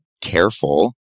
careful